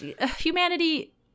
Humanity